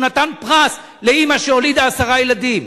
שהוא נתן פרס לאמא שילדה עשרה ילדים?